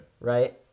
Right